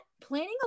planning